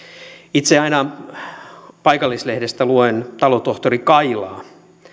itse aina paikallislehdestä luen talotohtori kailaa